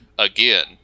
again